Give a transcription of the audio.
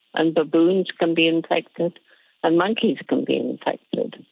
and baboons can be infected and monkeys can be infected,